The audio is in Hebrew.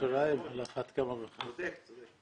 סעיף 3(ב)(1) לפרק הזמן הראשון לפי סעיף 3(א),